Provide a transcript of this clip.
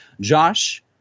Josh